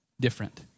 different